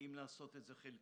האם לעשות את זה חלקית.